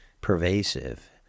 pervasive